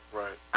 right